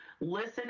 listen